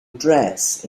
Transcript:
dress